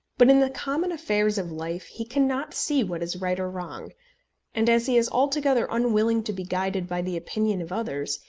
but in the common affairs of life he cannot see what is right or wrong and as he is altogether unwilling to be guided by the opinion of others,